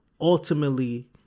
ultimately